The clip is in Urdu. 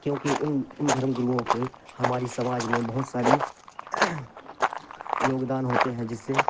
کیوںکہ ان ان دھرم گروؤں کے ہماری سماج میں بہت ساری یوگدان ہوتے ہیں جس سے